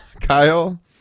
Kyle